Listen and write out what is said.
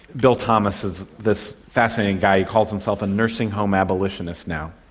bill thomas is this fascinating guy, he calls himself a nursing home abolitionist now.